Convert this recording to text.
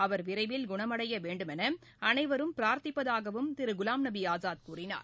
அவர் விரைவில் குணமடைய வேண்டுமென அனைவரும் பிரா்த்திப்பதாகவும் திரு குவாம் நபி ஆஸாத் கூறினார்